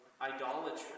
idolatry